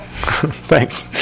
Thanks